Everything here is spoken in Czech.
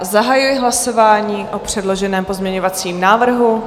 Zahajuji hlasování o předloženém pozměňovacím návrhu.